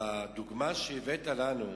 על הדוגמה שהבאת לנו,